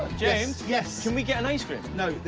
james. yes. can we get an ice cream!